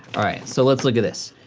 alright, so let's look at this.